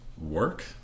work